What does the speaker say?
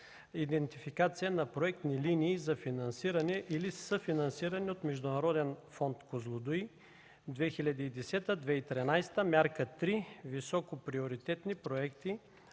„Идентификация на проектни линии за финансиране или съфинансиране от Международен фонд „Козлодуй” (2010-2013)”, Мярка 3: Високоприоритетни проекти